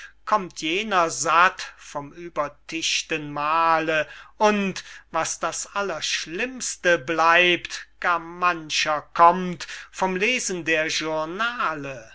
kommt jener satt vom übertischten mahle und was das allerschlimmste bleibt gar mancher kommt vom lesen der journale